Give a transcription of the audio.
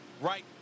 Right